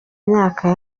myaka